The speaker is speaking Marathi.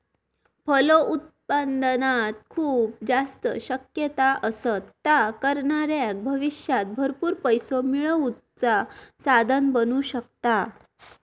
फलोत्पादनात खूप जास्त शक्यता असत, ता करणाऱ्याक भविष्यात भरपूर पैसो मिळवुचा साधन बनू शकता